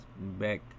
back